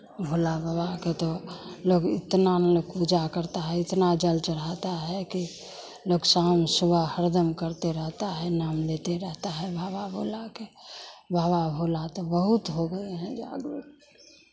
भोला बबा के तो लोग इतना मने पूजा करता हैं मने इतना जल चढ़ाता है कि लोक शाम सुबह हरदम करते रहता है नाम लेते रहता है बाबा भोला के बाबा भोला तो बहुत हो गए हैं जागरुक